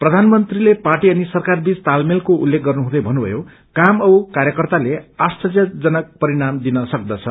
प्रधानमन्त्रीले पार्टी अनि सरकार बीच तालमेलको उल्लेख गर्नुहुँदै भन्नुभयो क्रम औ कार्यकर्ताले आश्वर्यजनक परिणाम दिन सक्दछ